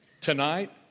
Tonight